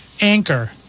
Anchor